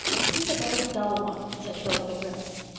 it seems a very dull one, said phil, with a grimace.